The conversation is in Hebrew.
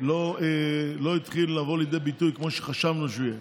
לא התחיל לבוא לידי ביטוי כמו שחשבנו שהוא יהיה.